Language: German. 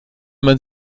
man